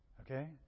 Okay